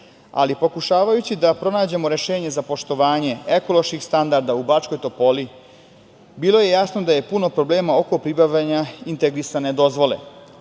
Ali, pokušavajući da pronađemo rešenje za poštovanje ekoloških standarda u Bačkoj Topoli bilo je jasno da je puno problema oko pribavljanja integrisane dozvole.